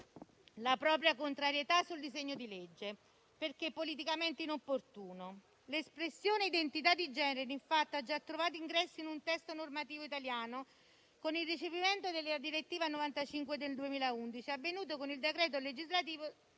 la propria contrarietà sul disegno di legge perché politicamente inopportuno. L'espressione "identità di genere", infatti, ha già trovato ingresso in un testo normativo italiano con il recepimento della direttiva n. 95 del 2011, avvenuto con il decreto legislativo